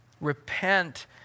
Repent